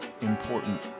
important